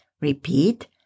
Repeat